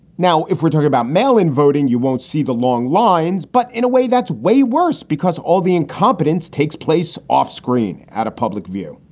now, if we're talking about mail in voting, you won't see the long lines. but in a way that's way worse because all the incompetence takes place off screen, out of public view.